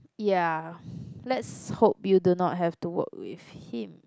ya let's hope you do not have to work with him